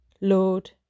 Lord